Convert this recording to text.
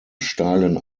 steilen